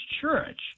Church